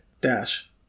Dash